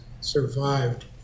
survived